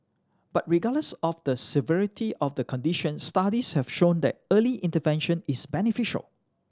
but regardless of the severity of the condition studies have shown that early intervention is beneficial